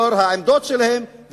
בגלל העמדות שלהם,